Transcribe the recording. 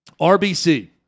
RBC